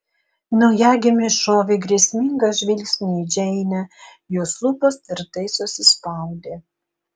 naujagimė šovė grėsmingą žvilgsnį į džeinę jos lūpos tvirtai susispaudė